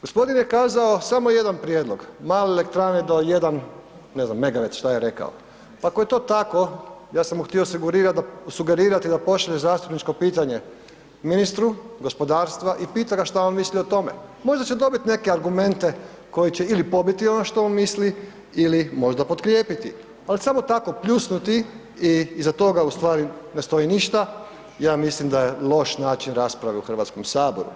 Gospodin je kazao samo jedan prijedlog male elektrane do 1, ne znam, megawat, šta je rekao, pa ako je to tako ja sam mu htio sugerirati da pošalje zastupničko pitanje ministru gospodarstva i pita ga šta on misli o tome, možda će dobit neke argumente koji će ili pobiti ono što on misli ili možda potkrijepiti, al samo tako pljusnuti i iza toga u stvari ne stoji ništa, ja mislim da je loš način rasprave u HS.